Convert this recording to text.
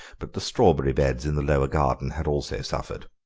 but the strawberry beds in the lower garden had also suffered.